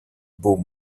beaux